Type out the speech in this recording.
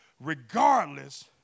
regardless